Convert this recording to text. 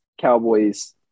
cowboys